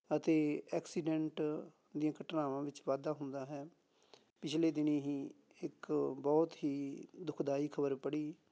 ਅਤੇ ਐਕਸੀਡੈਂਟ ਦੀਆਂ ਘਟਨਾਵਾਂ ਵਿੱਚ ਵਾਧਾ ਹੁੰਦਾ ਹੈ ਪਿਛਲੇ ਦਿਨੀਂ ਹੀ ਇੱਕ ਬਹੁਤ ਹੀ ਦੁਖਦਾਈ ਖਬਰ ਪੜ੍ਹੀ